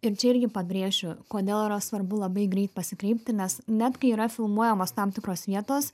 ir čia irgi pabrėšiu kodėl yra svarbu labai greit pasikreipti nes net kai yra filmuojamos tam tikros vietos